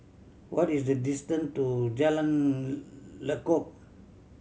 what is the distance to Jalan Lekub